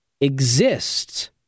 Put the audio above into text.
exists